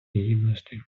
гідності